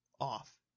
off